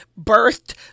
birthed